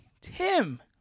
tim